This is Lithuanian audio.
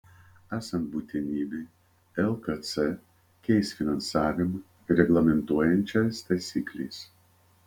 esant būtinybei lkc keis finansavimą reglamentuojančias taisykles